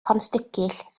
pontsticill